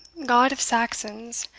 god of saxons,